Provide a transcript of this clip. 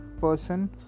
person